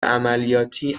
عملیاتی